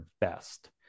best